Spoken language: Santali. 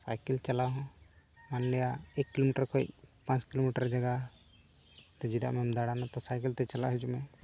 ᱥᱟᱭᱠᱮ ᱞ ᱪᱟᱞᱟᱣ ᱦᱚᱸ ᱟᱞᱮᱭᱟᱜ ᱮᱠ ᱠᱤᱞᱳᱢᱤᱴᱟᱨ ᱠᱷᱚᱡ ᱯᱟᱸᱪ ᱠᱤᱞᱳᱢᱤᱴᱟᱨ ᱡᱟᱭᱜᱟ ᱡᱩᱫᱤ ᱟᱢᱮᱢ ᱫᱟᱬᱟᱱᱟᱛᱚ ᱥᱟᱭᱠᱮ ᱞ ᱛᱮ ᱪᱟᱞᱟᱣ ᱦᱤᱡᱩᱜ ᱢᱮ